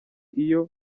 iyo